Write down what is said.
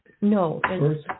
No